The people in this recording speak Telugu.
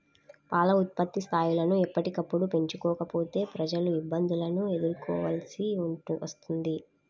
పాల ఉత్పత్తి స్థాయిలను ఎప్పటికప్పుడు పెంచుకోకపోతే ప్రజలు ఇబ్బందులను ఎదుర్కోవలసి వస్తుంది